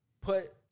put